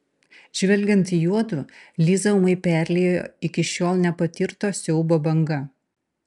žvelgiant į juodu lizą ūmai perliejo iki šiol nepatirto siaubo banga